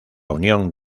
unión